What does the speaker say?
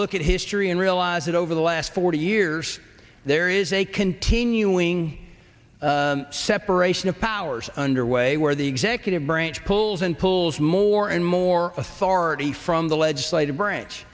look at history and realize that over the last forty years there is a continuing separation of powers underway where the executive branch pulls and pulls more and more authority from the legislative branch